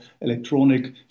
electronic